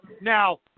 now